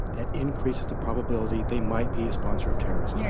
that increases the probability they might be a sponsor of terrorism? yeah,